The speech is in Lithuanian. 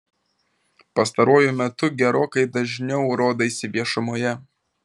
pastaruoju metu gerokai dažniau rodaisi viešumoje